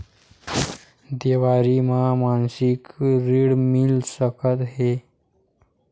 देवारी म मासिक ऋण मिल सकत हे?